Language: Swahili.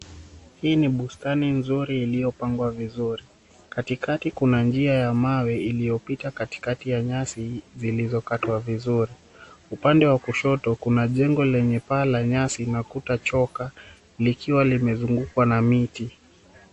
Hii ni bustani nzuri iliyopangwa vizuri. Katikati kuna njia ya mawe iliyopita katikati ya nyasi zilizokatwa vizuri. Upande wa kushoto kuna jengo lenye paa la nyasi na kuta choka likiwa limezungukwa na miti.